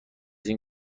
این